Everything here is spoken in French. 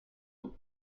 nous